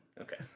okay